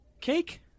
Cake